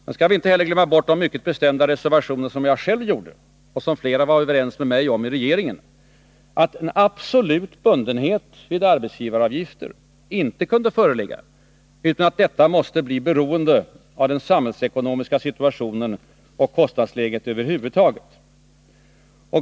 Vi skall inte heller glömma bort de mycket bestämda reservationer som jag själv gjorde och som flera i regeringen var överens med mig om: att absolut bundenhet vid arbetsgivaravgifter inte kunde föreligga utan att detta måste bli beroende av den samhällsekonomiska situationen och kostnadsläget över huvud taget.